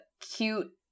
cute